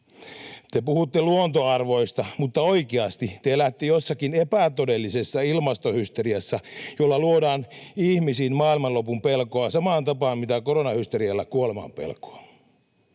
Te puhutte luontoarvoista, mutta oikeasti te elätte jossakin epätodellisessa ilmastohysteriassa, jolla luodaan ihmisiin maailmanlopun pelkoa samaan tapaan kuin koronahysterialla kuolemanpelkoa.